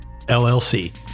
LLC